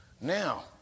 Now